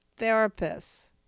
therapists